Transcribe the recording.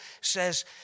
says